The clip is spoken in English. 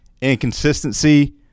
inconsistency